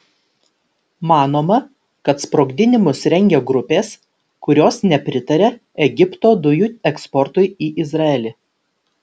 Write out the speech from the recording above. manoma kad sprogdinimus rengia grupės kurios nepritaria egipto dujų eksportui į izraelį